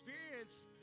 experience